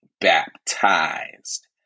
baptized